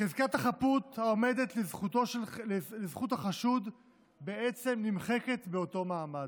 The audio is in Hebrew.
חזקת החפות העומדת לזכות החשוד בעצם נמחקת באותו מעמד.